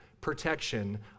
protection